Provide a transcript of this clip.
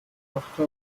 achte